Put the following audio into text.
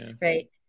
right